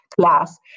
class